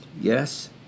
Yes